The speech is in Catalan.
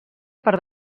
per